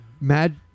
Mad